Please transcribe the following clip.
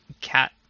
cat